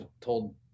told